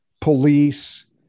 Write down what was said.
police